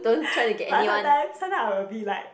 but sometime sometime I will be like